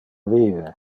vive